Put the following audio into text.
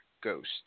ghost